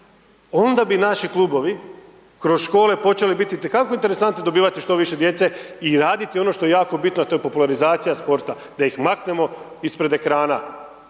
Onda bi naši klubovi kroz škole počeli biti itekako interesantni i dobivati što više djece i raditi ono što je jako bitno a to je popularizacija sporta da ih maknemo ispred ekrana.